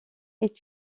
est